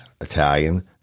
Italian